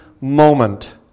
moment